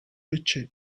ecc